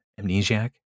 Amnesiac